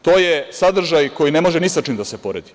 To je sadržaj koji ne može ni sa čim da se poredi.